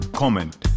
comment